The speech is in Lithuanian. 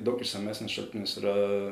daug išsamesnis šaltinis yra